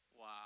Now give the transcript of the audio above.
Wow